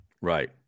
Right